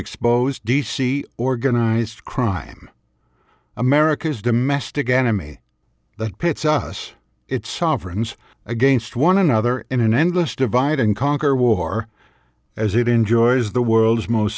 expose d c organized crime america's domestic enemy that pits us its sovereigns against one another in an endless divide and conquer war as it enjoys the world's most